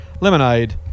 Lemonade